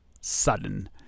sudden